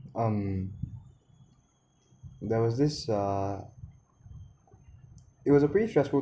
um there was this uh it was a pretty stressful